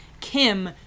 Kim